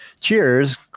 cheers